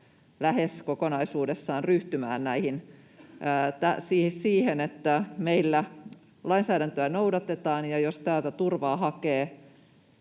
kehottaa nyt ryhtymään, siis siihen, että meillä lainsäädäntöä noudatetaan, ja jos täältä turvaa hakee,